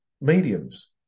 mediums